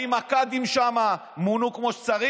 המאוד-מאוד-מאוד מנומקת.